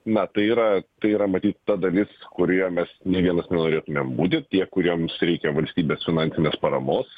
na tai yra tai yra matyt ta dalis kurioje mes nė vienas norėtumėm būti tie kuriems reikia valstybės finansinės paramos